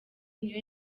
niyo